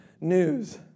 news